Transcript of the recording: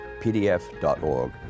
pdf.org